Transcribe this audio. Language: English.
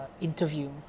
Interview